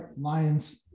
Lions